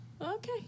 Okay